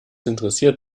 interessiert